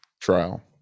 trial